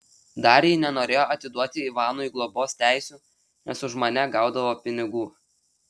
dar ji nenorėjo atiduoti ivanui globos teisių nes už mane gaudavo pinigų